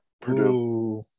Purdue